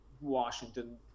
washington